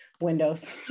windows